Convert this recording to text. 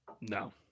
No